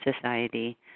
society